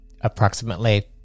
approximately